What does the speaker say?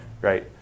right